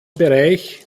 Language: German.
bereich